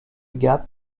gap